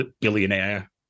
billionaire